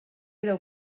éreu